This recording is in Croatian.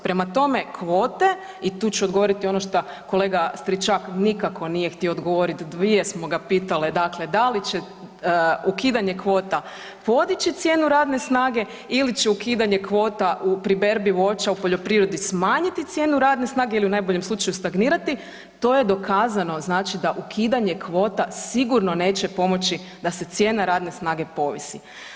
Prema tome, kvote i tu ću odgovoriti ono šta kolega Stričak nikako nije htio odgovorit, dvije smo ga pitale, dakle da li će ukidanje kvota podići cijenu radne snage ili će ukidanje kvota u, pri berbi voća u poljoprivredi smanjiti cijenu radne snage ili u najboljem slučaju stagnirati, to je dokazano, znači da ukidanje kvota sigurno neće pomoći da se cijena radne snage povisi.